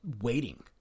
waiting